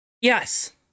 Yes